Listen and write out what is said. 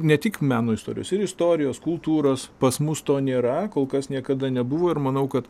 ne tik meno istorijos ir istorijos kultūros pas mus to nėra kol kas niekada nebuvo ir manau kad